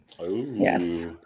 yes